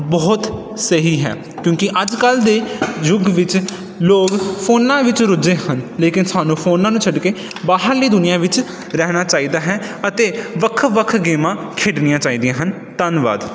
ਬਹੁਤ ਸਹੀ ਹੈ ਕਿਉਂਕਿ ਅੱਜ ਕੱਲ੍ਹ ਦੇ ਯੁੱਗ ਵਿੱਚ ਲੋਕ ਫੋਨਾਂ ਵਿੱਚ ਰੁੱਝੇ ਹਨ ਲੇਕਿਨ ਸਾਨੂੰ ਫੋਨਾਂ ਨੂੰ ਛੱਡ ਕੇ ਬਾਹਰਲੀ ਦੁਨੀਆਂ ਵਿੱਚ ਰਹਿਣਾ ਚਾਹੀਦਾ ਹੈ ਅਤੇ ਵੱਖ ਵੱਖ ਗੇਮਾਂ ਖੇਡਣੀਆਂ ਚਾਹੀਦੀਆਂ ਹਨ ਧੰਨਵਾਦ